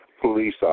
police